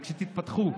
וכשתתפכחו,